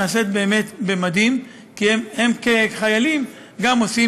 נעשים באמת במדים כי הם כחיילים גם עושים